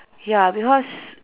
ya because